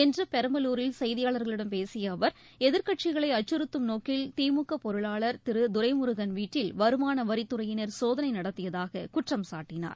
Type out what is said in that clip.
இன்று பெரம்பலூரில் செய்தியாளர்களிடம் பேசிய அவர் எதிர்க்கட்சிகளை அச்சுறுத்தும் நோக்கில் திமுக பொருளாளர் திரு துரைமுருகன் வீட்டில் வருமான வரித்துறையினர் சோதனை நடத்தியதாக குற்றம்சாட்டனார்